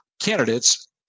candidates